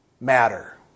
matter